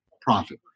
profit